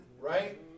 right